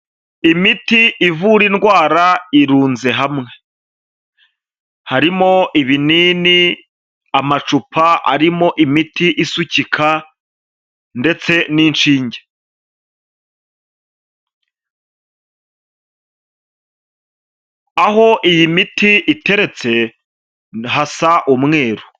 Imiti ivura indwara irunze hamwe harimo ibinini, amacupa arimo imiti isukika ndetse n'ishinge, aho iyi miti iteretse hasa umweru.